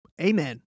Amen